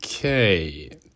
Okay